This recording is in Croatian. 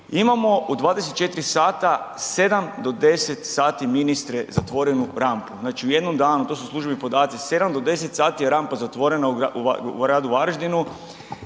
imamo u 24 sata, 7 do 10 sati ministre zatvorenu rampu. Znači u jednom danu, to su službeni podaci, 7 do 10 sati je rampa zatvorena u gradu Varaždinu.